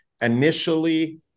initially